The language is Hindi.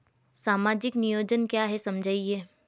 सामाजिक नियोजन क्या है समझाइए?